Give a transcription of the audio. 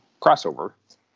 crossover